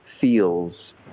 feels